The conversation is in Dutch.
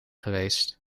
geweest